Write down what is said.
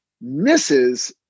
Misses